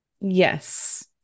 yes